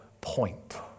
point